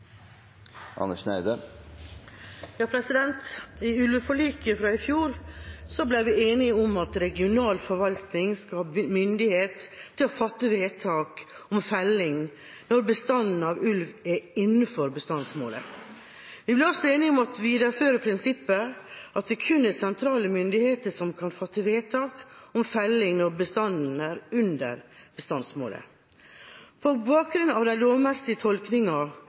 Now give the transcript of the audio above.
I ulveforliket fra i fjor ble vi enige om at regional forvaltning skal ha myndighet til å fatte vedtak om felling når bestanden av ulv er innenfor bestandsmålet. Vi ble også enige om å videreføre prinsippet om at det kun er sentrale myndigheter som kan fatte vedtak om felling når bestanden er under bestandsmålet. På bakgrunn av den